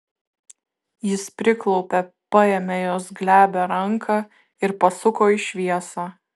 jis priklaupė paėmė jos glebią ranką ir pasuko į šviesą